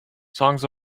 songs